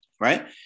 right